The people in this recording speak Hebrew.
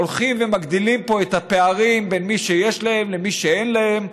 הולכים ומגדילים פה את הפערים בין מי שיש להם למי שאין להם,